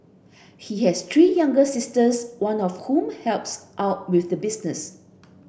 he has three younger sisters one of whom helps out with the business